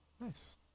Nice